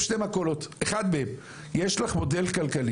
אני אהיה ממוקד, אני אהיה ממוקד.